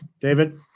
David